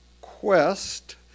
quest